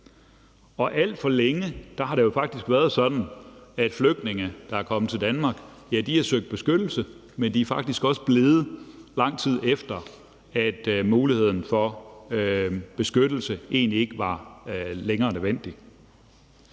Alt for længe har det jo faktisk været sådan, at flygtninge, der er kommet til Danmark, har søgt beskyttelse, men de er faktisk også blevet, lang tid efter behovet for beskyttelse egentlig var der. Der er det